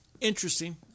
Interesting